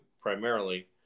primarily